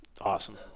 Awesome